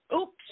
Oops